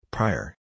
Prior